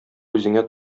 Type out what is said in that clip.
үзеңә